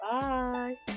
bye